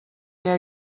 què